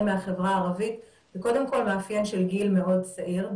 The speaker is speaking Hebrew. מהחברה הערבית הוא קודם כל מאפיין של גיל מאוד צעיר,